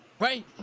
Right